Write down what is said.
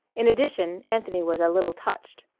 in addition anthony was a little touched.